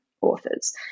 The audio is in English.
authors